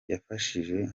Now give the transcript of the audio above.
yafashije